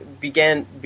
began